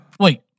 Wait